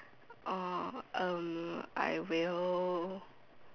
orh um I will